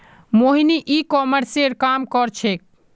मोहिनी ई कॉमर्सेर काम कर छेक्